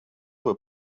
were